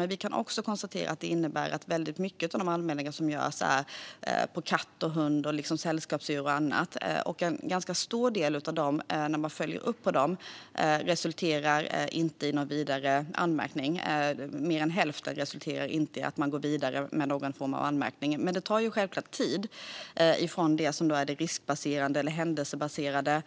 Men vi kan också konstatera att många av de anmälningar som görs gäller katt, hund och andra sällskapsdjur. En uppföljning visar att en ganska stor del av dem, mer än hälften, inte resulterar i att man går vidare med någon form av anmärkning. Men detta tar självklart tid från de risk eller händelsebaserade